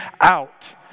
out